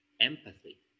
empathy